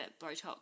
Botox